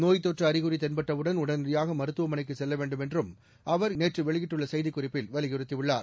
நோய்த் தொற்று அறிகுறி தென்பட்டவுடன் உடனடியாக மருத்துவமனைக்குச் செல்ல வேண்டும் என்றும் அவர் நேற்று வெளியிட்டுள்ள செய்திக்குறிப்பில் வலியுறுத்தியுள்ளார்